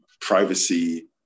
privacy